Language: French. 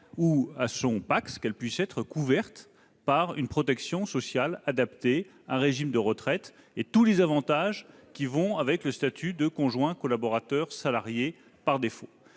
90 % des cas de femmes, pourra être couverte par une protection sociale adaptée, un régime de retraite et tous les avantages allant avec le statut de conjoint collaborateur salarié par défaut